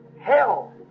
hell